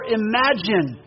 imagine